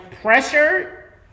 Pressure